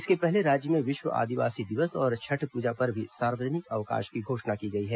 इसके पहले राज्य में विश्व आदिवासी दिवस और छठ पूजा पर भी सार्वजनिक अवकाश की घोषणा की गई है